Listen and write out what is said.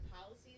policies